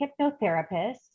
hypnotherapist